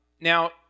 now